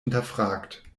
hinterfragt